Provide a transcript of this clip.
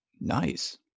Nice